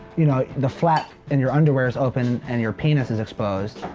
you know, the flap in your underwear is open and your penis is exposed,